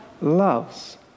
loves